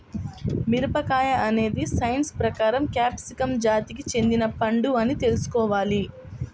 మిరపకాయ అనేది సైన్స్ ప్రకారం క్యాప్సికమ్ జాతికి చెందిన పండు అని తెల్సుకోవాలి